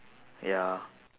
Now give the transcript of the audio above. ya